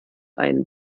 einen